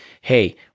hey